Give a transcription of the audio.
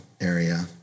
area